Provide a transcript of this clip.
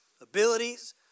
abilities